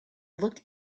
looked